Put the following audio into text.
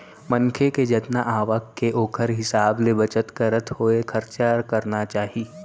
मनखे के जतना आवक के ओखर हिसाब ले बचत करत होय खरचा करना चाही